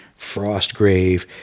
Frostgrave